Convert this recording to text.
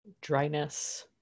dryness